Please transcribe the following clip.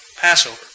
Passover